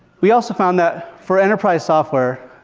we also found that, for enterprise software